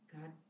God